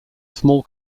small